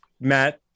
matt